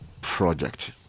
project